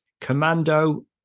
Commando